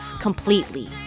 completely